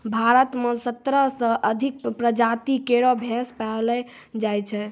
भारत म सत्रह सें अधिक प्रजाति केरो भैंस पैलो जाय छै